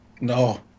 No